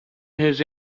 whose